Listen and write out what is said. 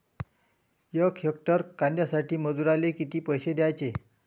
यक हेक्टर कांद्यासाठी मजूराले किती पैसे द्याचे?